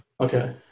Okay